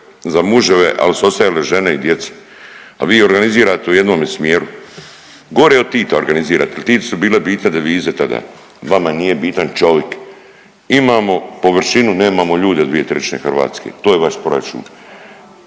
za muževe, al su ostajali žena i djeca a vi organizirate u jednome smjeru. Gore od Tita organizirate, jer Titu su bile bitne devize tada, vama nije bitan čovik. Imamo površinu, nemamo ljude dvije trećine Hrvatske. To je vaš proračun.